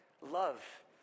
Love